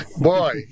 Boy